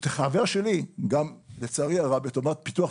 חבר שלי גם לצערי ירה ---.